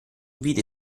vide